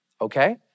Okay